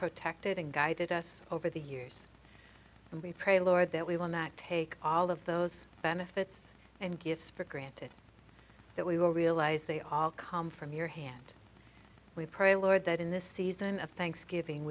protected and guided us over the years and we pray lord that we will not take all of those benefits and gifts for granted that we will realize they all come from your hand we pray lord that in this season of thanksgiving